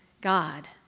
God